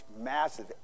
massive